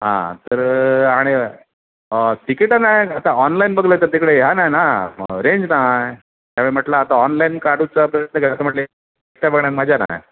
हां तर आणि तिकिटं नाही आता ऑनलाईन बघलंय तर तिकडे या नाय ना रेंज नाही ह्यावे म्हटलं आता ऑनलाईन काढूचा प्रयत्न करायचा म्हटले पेण मजा नाही